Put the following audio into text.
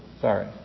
Sorry